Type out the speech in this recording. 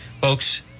Folks